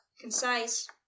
concise